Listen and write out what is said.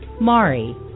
Mari